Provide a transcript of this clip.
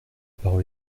parole